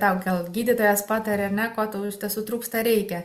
tau gal gydytojas patarė ko tau iš tiesų trūksta reikia